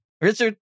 Richard